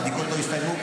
הבדיקות לא הסתיימו,